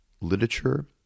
Literature